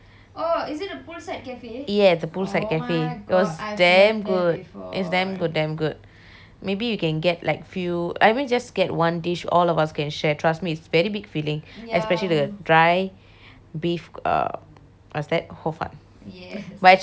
ya the poolside cafe it was damn good it's damn good damn good maybe you can get like few I mean just get one dish all of us can share trust me it's very big filling especially the dry beef err what's that hor fun but it's actually not hor fun it's kway teow